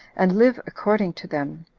and live according to them,